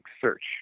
search